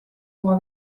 oma